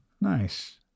Nice